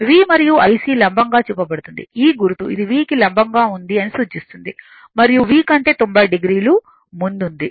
V మరియు IC లంబంగా చూపబడుతుంది ఈ గుర్తు ఇది V కి లంబంగా ఉంది అని సూచిస్తుంది మరియు V కంటే 90 o ముందుంది